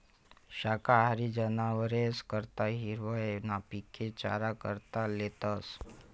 शाकाहारी जनावरेस करता हिरवय ना पिके चारा करता लेतस